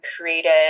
created